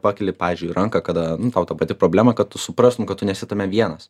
pakeli pavyzdžiui ranką kada nu tau ta pati problema kad tu suprastum kad tu nesi tame vienas